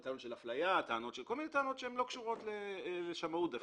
הן טענות של אפליה או כל מיני טענות שלא קשורות דווקא לשמאות.